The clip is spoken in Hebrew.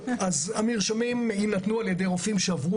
המרשמים יינתנו על ידי רופאים שעברו